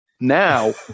now